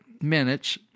minutes